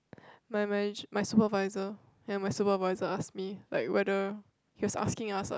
my my my supervisor ya my supervisor ask me like whether he was asking us ah